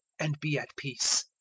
and be at peace.